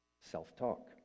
self-talk